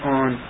on